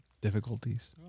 difficulties